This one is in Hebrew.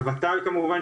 הוות"ל כמובן,